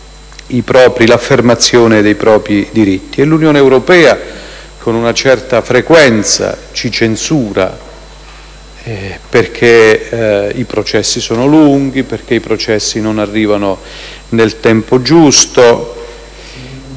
l'affermazione dei propri diritti. L'Unione europea con una certa frequenza ci censura, sia perché i processi sono lunghi e non arrivano nei tempi giusti